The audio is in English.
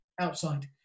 outside